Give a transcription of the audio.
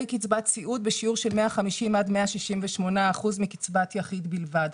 קצבת סיעוד בשיעור של 150% עד 168% מקצבת יחיד בלבד.